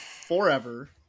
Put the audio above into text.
forever